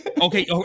Okay